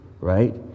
right